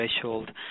threshold